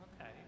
Okay